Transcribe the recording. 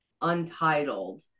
untitled